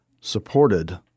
supported